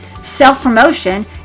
self-promotion